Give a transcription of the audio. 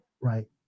Right